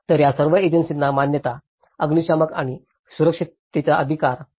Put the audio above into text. तर या सर्व एजन्सींना मान्यता अग्निशामक आणि सुरक्षिततेचा अधिकार आहे